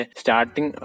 starting